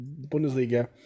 Bundesliga